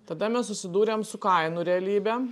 tada mes susidūrėm su kainų realybe